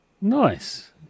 Nice